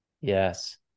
Yes